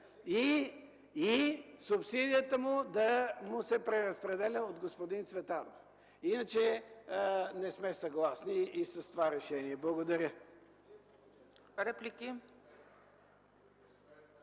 и субсидията му да му се преразпределя от господин Цветанов. Иначе не сме съгласни и с това решение. Благодаря.